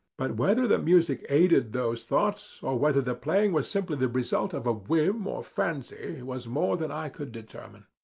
but whether the music aided those thoughts, or whether the playing was simply the result of a whim or fancy was more than i could determine.